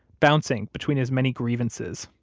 bouncing between his many grievances,